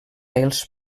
els